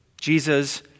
Jesus